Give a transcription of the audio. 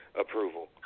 approval